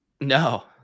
No